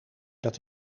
dat